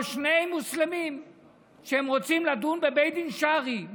או שני מוסלמים שרוצים לדון בבית דין שרעי,